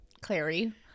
Clary